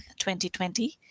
2020